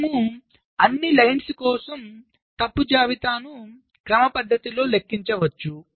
మనము అన్ని పంక్తుల కోసం తప్పు జాబితాను క్రమపద్ధతిలో లెక్కించవచ్చు